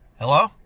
Hello